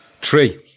three